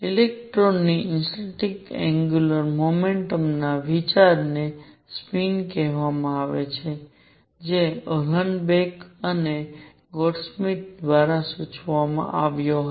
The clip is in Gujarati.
ઇલેક્ટ્રોનની ઇન્ટરીન્સીક એંગ્યુલર મોમેન્ટમ ના વિચારને સ્પિન કહેવામાં આવે છે જે ઉહલેનબેક અને ગૌડસ્મિટ દ્વારા સૂચવવામાં આવ્યો હતો